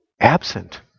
absent